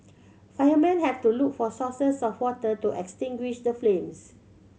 firemen had to look for sources of water to extinguish the flames